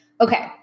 Okay